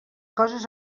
coses